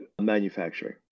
manufacturing